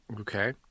Okay